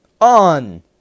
on